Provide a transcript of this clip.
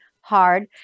hard